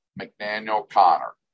McDaniel-Connor